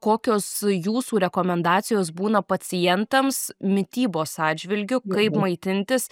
kokios jūsų rekomendacijos būna pacientams mitybos atžvilgiu kaip maitintis